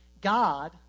god